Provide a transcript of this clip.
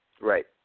Right